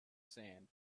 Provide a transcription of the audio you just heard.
sand